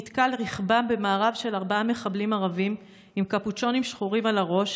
נתקל רכבם במארב של ארבעה מחבלים ערבים עם קפוצ'ונים שחורים על הראש,